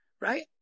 right